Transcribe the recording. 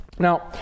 Now